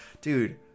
dude